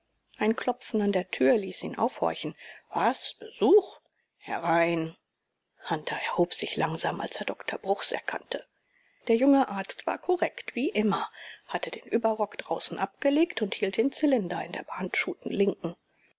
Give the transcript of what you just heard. ein klopfen an der tür ließ ihn aufhorchen was besuch herein hunter erhob sich langsam als er doktor bruchs erkannte der junge arzt war korrekt wie immer hatte den überrock draußen abgelegt und hielt den zylinder in der behandschuhten linken